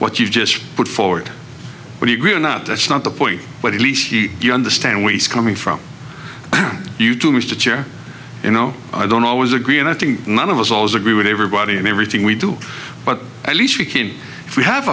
what you just put forward but you agree or not that's not the point but at least you understand where he's coming from and you too much to cheer you know i don't always agree and i think none of us all agree with everybody and everything we do but at least we came if we have